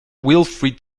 wilfried